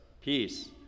peace